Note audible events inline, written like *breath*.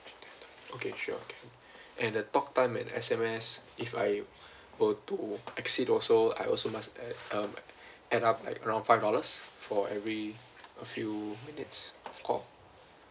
okay sure okay *breath* and the talk time and S_M_S if I *breath* were to exceed also I also must add um add up like around five dollars for every uh few minutes of call